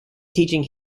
teaching